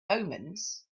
omens